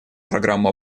программу